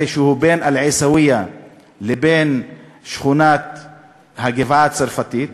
שבין אל-עיסאוויה לבין שכונת הגבעה-הצרפתית.